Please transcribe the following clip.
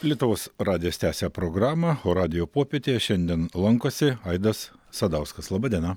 lietuvos radijas tęsia programą o radijo popietėje šiandien lankosi aidas sadauskas laba diena